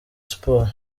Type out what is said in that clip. sports